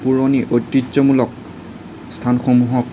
পুৰণি ঐতিহ্যমূলক স্থানসমূহক